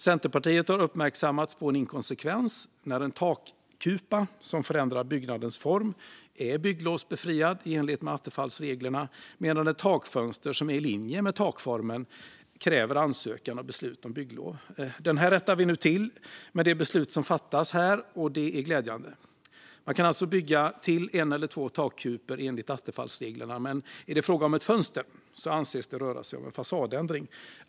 Centerpartiet har uppmärksammats på en inkonsekvens, nämligen att en takkupa som förändrar byggnadens form är bygglovsbefriad i enlighet med attefallsreglerna, medan ett takfönster som är i linje med takformen kräver ansökan och beslut om bygglov. Detta rättar vi till med det beslut som fattas här, och det är glädjande. Man kan alltså bygga till en eller två takkupor enligt attefallsreglerna, men är det fråga om ett fönster anses det röra sig om en fasadändring.